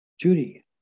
Judy